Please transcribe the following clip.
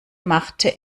machte